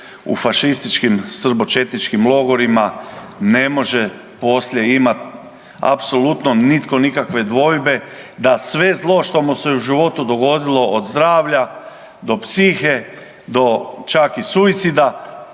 u fašističkim srbočetničkim logorima ne može poslije imat apsolutno nitko nikakve dvojbe da sve zlo što mu se u životu dogodilo od zdravlja do psihe do čak i suicida